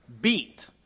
beat